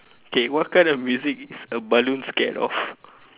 okay what kind of musics are balloons scared of